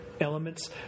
elements